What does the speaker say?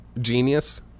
genius